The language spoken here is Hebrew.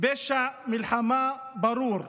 פשע מלחמה ברור,